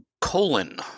Colon